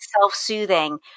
self-soothing